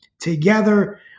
together